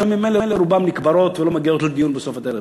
שם ממילא רובן נקברות ולא מגיעות לדיון בסוף הדרך.